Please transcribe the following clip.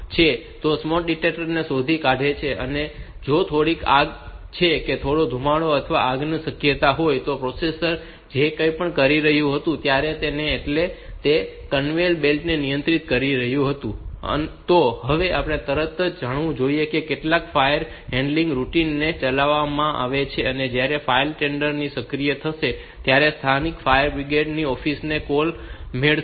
તો smoke detector તેને શોધી કાઢે છે અને જો થોડીક આગ કે થોડો ધુમાડો અથવા આગની શક્યતા હોય તો હવે પ્રોસેસર જે કંઈ પણ કરી રહ્યું હતું ત્યારે એટલે કે તે કન્વેયર બેલ્ટને નિયંત્રિત કરી રહ્યું હતું તો હવે તેને તરત જ એ જણાવવું જોઈએ કે કેટલાક ફાયર હેન્ડલિંગ રૂટિનને ચલાવવામાં આવે કે જે ફાયર ટેન્ડરને સક્રિય કરશે અથવા તે સ્થાનિક ફાયર બ્રિગેડ ઓફિસને કોલ મોકલશે